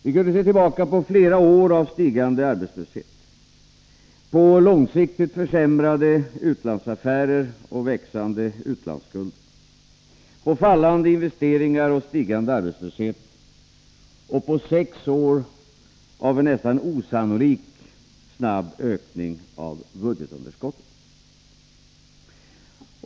Vi kunde se tillbaka på flera år av stigande arbetslöshet, på långsiktigt försämrade utlandsaffärer och växande utlandsskulder, på fallande investeringar och stigande arbetslöshet och på sex år av en nästan osannolikt snabb ökning av budgetunderskottet.